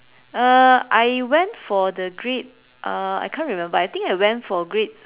uh I went for the grade uh I can't remember I think I went for grade